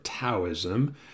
Taoism